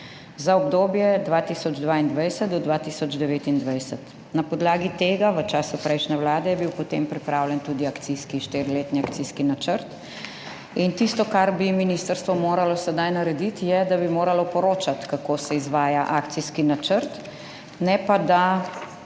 za obdobje 2022–2029. Na podlagi tega je bil v času prejšnje vlade potem pripravljen tudi štiriletni akcijski načrt in tisto, kar bi ministrstvo moralo sedaj narediti, je, da bi poročalo, kako se izvaja akcijski načrt, ne pa da